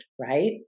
Right